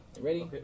ready